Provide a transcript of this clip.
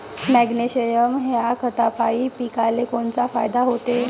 Magnesium ह्या खतापायी पिकाले कोनचा फायदा होते?